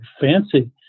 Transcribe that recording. fancy